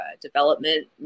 development